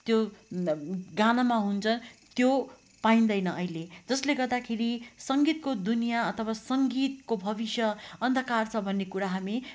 त्यो गानामा हुन्छ त्यो पाइँदैन अहिले जसले गर्दाखेरि सङ्गीतको दुनिया अथवा सङ्गीतको भविष्य अन्धकार छ भन्ने कुरा हामी